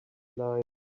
line